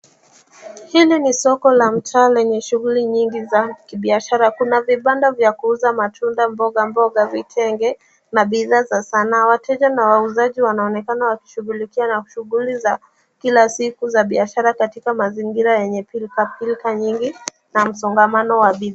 Hili ni soko la mtaa lenye shughuli nyingi za kibiashara, kuna vibanda vya kuuza matunda, mboga mboga, vitenge na bidhaa za sanaa. Wateja na wauzaji wanaonekana wakishughulikia shughuli za kila siku za biashara katika mazingira yenye pilkapilka nyingi na msongamano wa bidhaa.